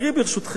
ברשותכם,